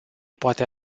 poate